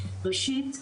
ראשית,